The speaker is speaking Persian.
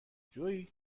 جویی